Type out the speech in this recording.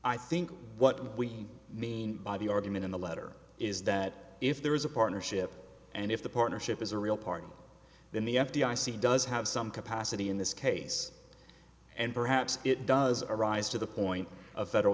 i think what we mean by the argument in the letter is that if there is a partnership and if the partnership is a real partner then the f d i c does have some capacity in this case and perhaps it does arise to the point of federal